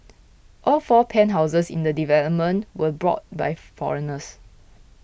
all four penthouses in the development were bought by foreigners